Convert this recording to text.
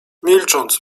milcząc